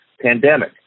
pandemic